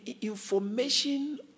information